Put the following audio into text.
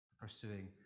pursuing